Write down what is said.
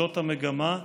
זאת המגמה.